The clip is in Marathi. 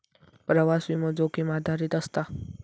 प्रवास विमो, जोखीम आधारित असता